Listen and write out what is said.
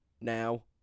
now